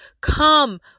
Come